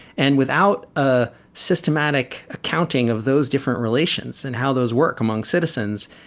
and without a systematic accounting of those different relations and how those work among citizens,